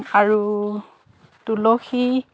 আৰু তুলসী